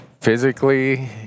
physically